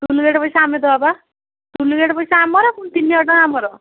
toll gate ପଇସା ଆମେ ଦେବା ପା ଟୋଲ୍ ଗେଟ୍ ପଇସା ଆମର ପୁଣି ତିନି ହଜାର ଟଙ୍କା ଆମର